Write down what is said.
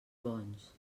bons